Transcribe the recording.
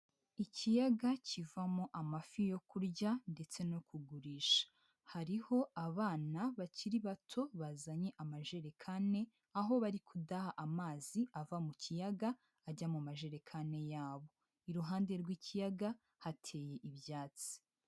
Ikiyaga kivamo amafi yo kurya ndetse no kugurisha, hariho abana bakiri bato bazanye amajerekani aho bari kudaha amazi ava mu kiyaga ajya mu majerekani yabo, iruhande rw'ikiyaga hateye ibyatsi.